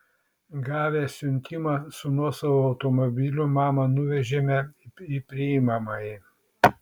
gavę siuntimą su nuosavu automobiliu mamą nuvežėme į priimamąjį